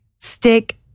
stick